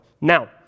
Now